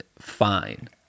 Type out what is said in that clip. fine